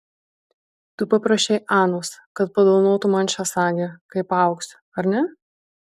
tu paprašei anos kad padovanotų man šią sagę kai paaugsiu ar ne